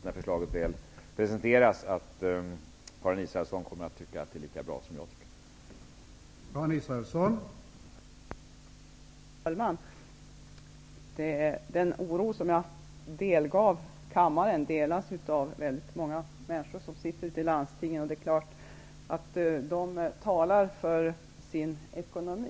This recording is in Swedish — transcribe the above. När förslaget väl presenteras hoppas jag att Karin Israelsson kommer att tycka att det är lika bra som jag tycker att det är.